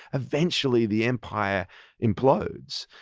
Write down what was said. eventually the empire implodes,